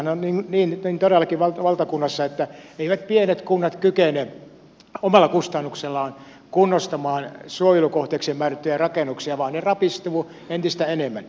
nythän on niin todellakin valtakunnassa että eivät pienet kunnat kykene omalla kustannuksellaan kunnostamaan suojelukohteiksi määrättyjä rakennuksia vaan ne rapistuvat entistä enemmän